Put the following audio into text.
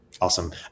Awesome